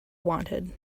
wanted